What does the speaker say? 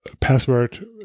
Password